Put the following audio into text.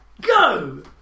go